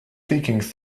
speaking